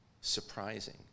surprising